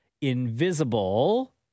invisible